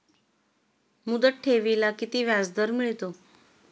मुदत ठेवीला किती व्याजदर मिळतो?